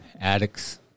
addicts